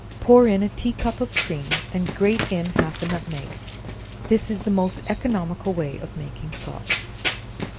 pour in a tea-cup of cream, and grate in half a nutmeg this is the most economical way of making sauce.